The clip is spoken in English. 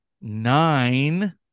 nine